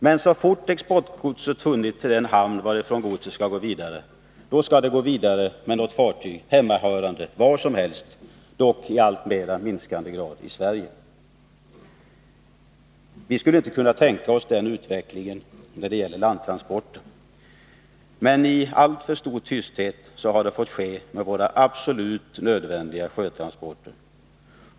Men så fort exportgodset hunnit till en hamn varifrån det skall gå vidare skall det ske med fartyg hemmahörande var som helst, dock i allt mindre utsträckning i Sverige. Vi skulle inte kunna tänka oss den utvecklingen när det gäller landtransporterna. Men i alltför stor tysthet har det fått ske med våra absolut nödvändiga sjötransporter.